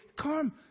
come